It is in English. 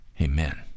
amen